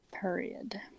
Period